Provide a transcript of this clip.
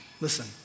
Listen